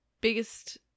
biggest